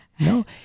No